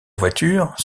voitures